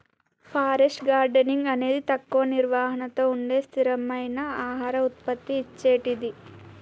forest gardening అనేది తక్కువ నిర్వహణతో ఉండే స్థిరమైన ఆహార ఉత్పత్తి ఇచ్చేటిది